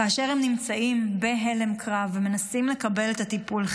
כאשר הם נמצאים בהלם קרב ומנסים לקבל את הטיפול,